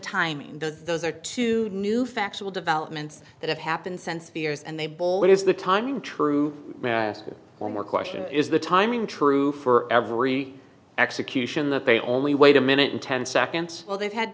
timing those are two new factual developments that have happened since spears and they both what is the timing true ask one more question is the timing true for every execution that they only wait a minute in ten seconds well they've had